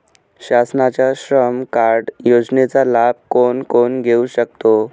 शासनाच्या श्रम कार्ड योजनेचा लाभ कोण कोण घेऊ शकतो?